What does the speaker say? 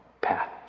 path